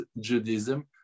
Judaism